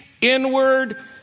inward